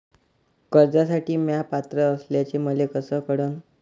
कर्जसाठी म्या पात्र असल्याचे मले कस कळन?